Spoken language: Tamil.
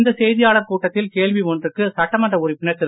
இந்த செய்தியாளர் கூட்டத்தில் கேள்வி ஒன்றுக்கு சட்டமன்ற உறுப்பினர் திரு